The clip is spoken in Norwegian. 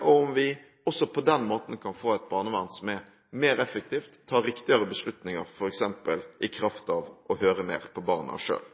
og om vi på den måten kan få et barnevern som er mer effektivt og tar riktigere beslutninger, f.eks. i kraft av å høre mer på barna selv.